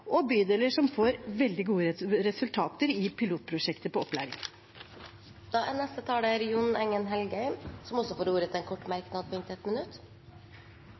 bydeler opp mot bydeler som får veldig gode resultater i pilotprosjekter på opplæring. Representanten Jon Engen-Helgheim har hatt ordet to ganger tidligere og får ordet til en kort merknad, begrenset til 1 minutt.